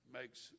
makes